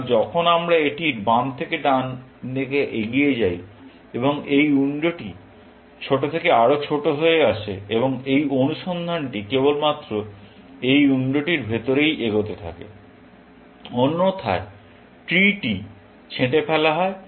সুতরাং যখন আমরা এটির বাম থেকে ডানে এগিয়ে যাই এই উইন্ডোটি ছোট থেকে আরও ছোট হয়ে আসে এবং অনুসন্ধানটি কেবলমাত্র এই উইন্ডোটির ভিতরেই এগোতে থাকে অন্যথায় ট্রি টি ছেঁটে ফেলা হয়